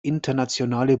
internationale